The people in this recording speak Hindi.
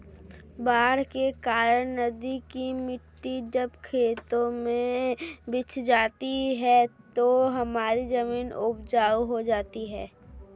बाढ़ के कारण नदी की मिट्टी जब खेतों में बिछ जाती है तो हमारी जमीन उपजाऊ हो जाती है